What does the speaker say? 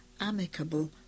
amicable